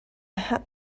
had